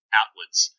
outwards